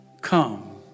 come